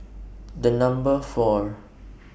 The Number four